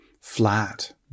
flat